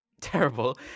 terrible